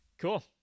cool